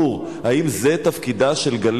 האם כשמחשבים את תקציב "גלי